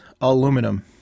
aluminum